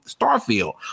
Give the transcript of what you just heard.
Starfield